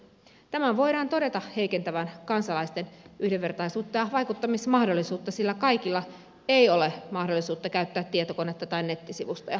tämän voidaan todeta heikentävän kansalaisten yhdenvertaisuutta ja vaikuttamismahdollisuutta sillä kaikilla ei ole mahdollisuutta käyttää tietokonetta tai nettisivustoja